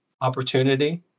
opportunity